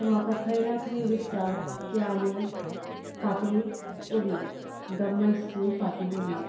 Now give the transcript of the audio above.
so म्हाका खंय ना खंय दिसता की आमी फाटीं उरला गव्हर्मेंट स्कूल फाटीं उरलां